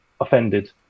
offended